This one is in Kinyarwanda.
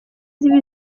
zibe